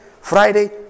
Friday